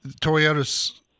Toyota's